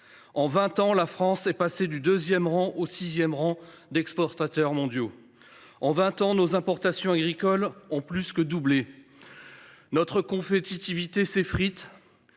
En vingt ans, la France est passée du deuxième au sixième rang des exportateurs mondiaux. En vingt ans, nos importations agricoles ont plus que doublé. Notre compétitivité s’effrite